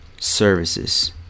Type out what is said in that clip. services